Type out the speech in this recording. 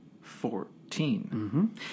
Fourteen